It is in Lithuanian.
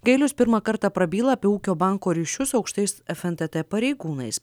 gailius pirmą kartą prabyla apie ūkio banko ryšių su aukštais ef en tė tė pareigūnais